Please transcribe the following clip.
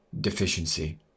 Deficiency